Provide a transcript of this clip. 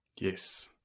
Yes